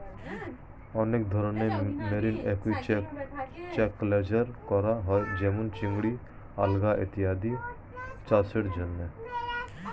অনেক ধরনের marine aquaculture করা হয় যেমন চিংড়ি, আলগা ইত্যাদি চাষের জন্যে